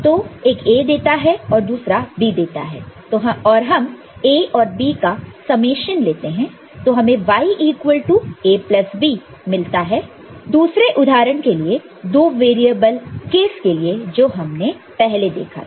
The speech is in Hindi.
तो एक A देता है और दूसरा B देता है और हम A और B का समेशन लेते हैं तो हमें Y equal to A plus B मिलता है दूसरे उदाहरण के लिए 2 वेरिएबल केस के लिए जो हमने पहले देखा था